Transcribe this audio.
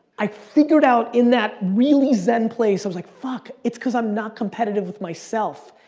i figured out, in that really zen place. i was like, fuck, it's cause i'm not competitive with myself.